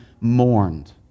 mourned